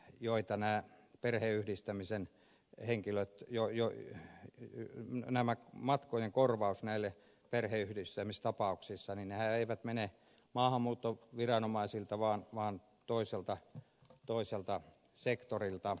joita nää perheyhdistämisen ei henkilöt joilla he ja nämä matkojen korvaus näissä perheyhdistämistapauksissa ei mene maahanmuuttoviranomaisilta vaan toiselta sektorilta